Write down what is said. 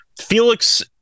Felix